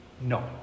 No